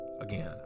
Again